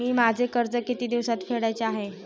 मी माझे कर्ज किती दिवसांत फेडायचे आहे?